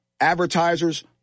advertisers